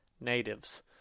Natives